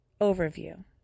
Overview